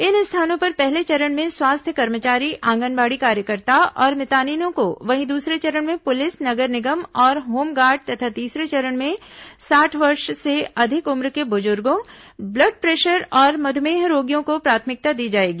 इन स्थानों पर पहले चरण में स्वास्थ्य कर्मचारी आंगनबाड़ी कार्यकर्ता और मितानिनों को वहीं दूसरे चरण में पुलिस नगर निगम और होमगार्ड तथा तीसरे चरण में साठ वर्ष से अधिक उम्र के बुजुर्गो ब्लड प्रेशर और मधुमेह रोगियों को प्राथमिकता दी जाएगी